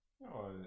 No